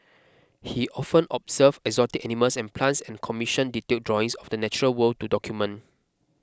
he often observed exotic animals and plants and commissioned detailed drawings of the natural world to document